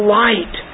light